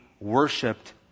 worshipped